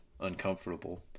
uncomfortable